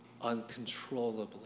uncontrollably